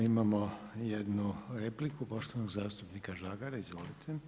Imamo jednu repliku, poštovanog zastupnika Žagara, izvolite.